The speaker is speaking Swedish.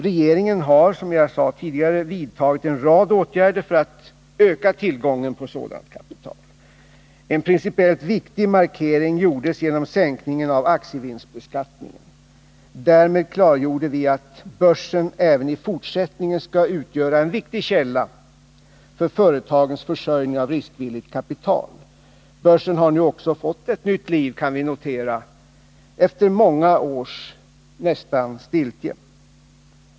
Regeringen har, som jag sade tidigare, vidtagit en rad åtgärder för att öka tillgången på sådant kapital. En principiellt viktig markering gjordes genom sänkningen av aktievinstbeskattningen. Därmed klargjorde vi att börsen även i fortsättningen skall utgöra en viktig källa för företagens försörjning med riskvilligt kapital. Vi kan notera att börsen nu också fått ett nytt liv efter många års nära nog stiltje.